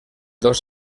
dos